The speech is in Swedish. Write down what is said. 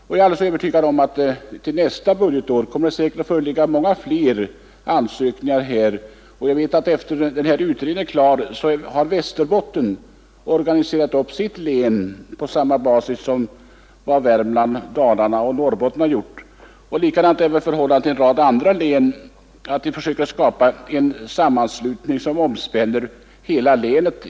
Jag är alldeles övertygad om att det till nästa budgetår kommer att föreligga många fler ansökningar, och jag vet att efter det att utredningen blev klar har man inom Västerbotten organiserat upp verksamheten på samma sätt som man gjort inom Värmland, Dalarna och Norrbotten. Likadant är väl förhållandet i en rad andra län — man försöker skapa en sammanslutning som omspänner hela länet.